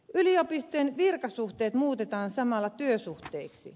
yliopistojen virkasuhteet muutetaan samalla työsuhteiksi